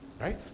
right